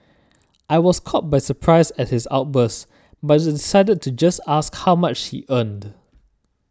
I was caught by surprise at his outburst but decided to just ask how much he earned